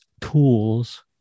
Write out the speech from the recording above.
tools